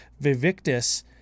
vivictus